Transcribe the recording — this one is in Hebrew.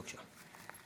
בבקשה.